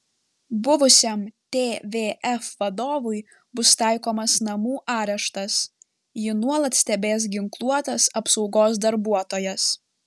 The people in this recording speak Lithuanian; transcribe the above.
buvusiam tvf vadovui bus taikomas namų areštas jį nuolat stebės ginkluotas apsaugos darbuotojas